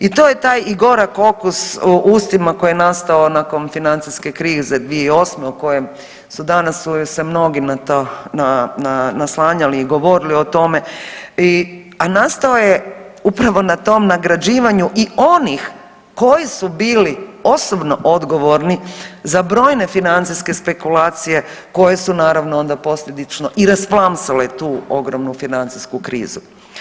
I to je taj i gorak okus u ustima koji je nastavo nakon financijske krize o kojem su danas se je se mnogi na to naslanjali i govorili o tome i, a nastao je upravo na tom nagrađivanju i onih koji su bili osobno odgovorni za brojne financijske spekulacije koje su naravno, onda posljedično i rasplamsale tu ogromnu financijsku krizu.